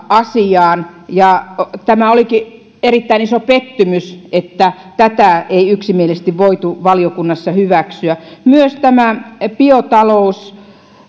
asiaan tämä olikin erittäin iso pettymys että tätä ei yksimielisesti voitu valiokunnassa hyväksyä myös biotalous